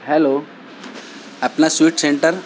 hello اپنا sweet centre